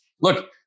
look